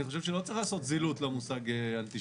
אני חושב שלא צריך לעשות זילות למושג אנטישמיות.